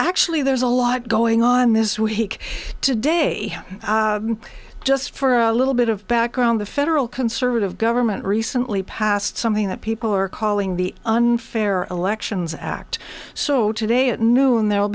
actually there's a lot going on this week today just for a little bit of background the federal conservative government recently passed something that people are calling the unfair elections act so today at noon there